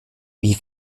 wie